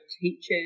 teachers